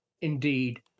indeed